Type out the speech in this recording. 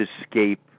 escape